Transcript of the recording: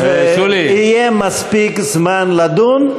יהיה מספיק זמן לדון,